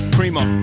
Primo